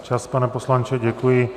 Čas, pane poslanče, děkuji.